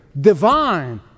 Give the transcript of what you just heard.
divine